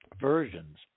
versions